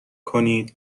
کنید